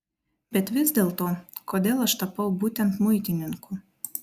bet vis dėlto kodėl aš tapau būtent muitininku